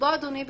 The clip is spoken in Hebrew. לכן אדוני,